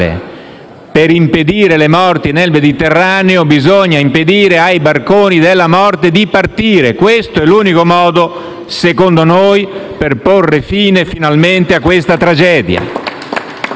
Per impedire le morti nel Mediterraneo, bisogna impedire ai barconi della morte di partire. Questo è, secondo noi, l'unico modo per porre fine, finalmente, a questa tragedia.